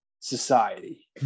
society